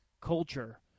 culture